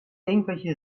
irgendwelche